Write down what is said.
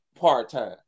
part-time